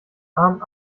arm